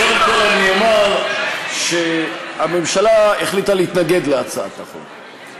בסך הכול אני אומר שהממשלה החליטה להתנגד להצעת החוק.